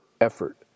effort